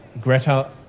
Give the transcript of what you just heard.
Greta